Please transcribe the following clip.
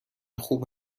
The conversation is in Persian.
خوب